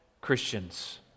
Christians